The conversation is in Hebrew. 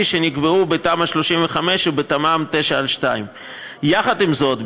שנקבעו בתמ"א 35 ובתמ"מ 9/2. יחד עם זאת,